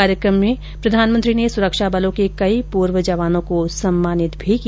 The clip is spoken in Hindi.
कार्यक्रम में प्रधानमंत्री ने सुरक्षा बलों के कई पूर्व जवानों को सम्मानित भी किया